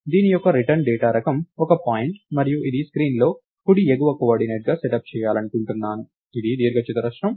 దీని యొక్క return data రకం ఒక పాయింట్ మరియు ఇది స్క్రీన్ లో కుడి ఎగువ కోఆర్డినేట్గా సెటప్ చేయాలనుకుంటున్నాను ఇది దీర్ఘచతురస్రం